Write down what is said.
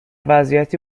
وضعیتی